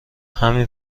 همین